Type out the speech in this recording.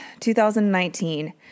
2019